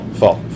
fall